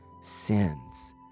sins